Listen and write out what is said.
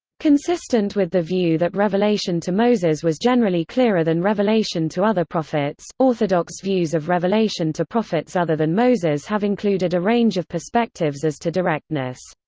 consistent with the view that revelation to moses was generally clearer than revelation to other prophets, orthodox views of revelation to prophets other than moses have included a range of perspectives as to directness.